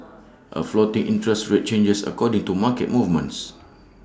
A floating interest rate changes according to market movements